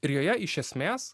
ir joje iš esmės